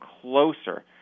closer